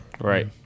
Right